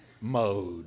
mode